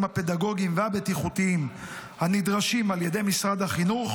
הפדגוגיים והבטיחותיים הנדרשים על ידי משרד החינוך,